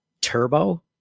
Turbo